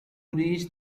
reach